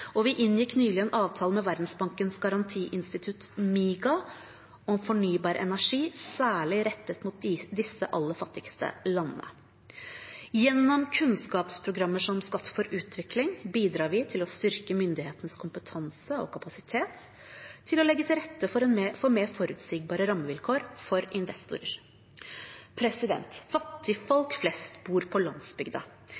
Vi inngikk nylig en avtale med Verdensbankens garantiinstitutt – MIGA – om fornybar energi, særlig rettet mot disse aller fattigste landene. Gjennom kunnskapsprogrammer som Skatt for utvikling bidrar vi til å styrke myndighetenes kompetanse og kapasitet til å legge til rette for mer forutsigbare rammevilkår for